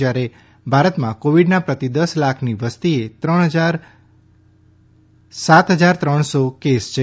જ્યારે ભારતમાં કોવિડના પ્રતિ દસ લાખની વસ્તીએ સાત હજાર ત્રણસો કેસ છે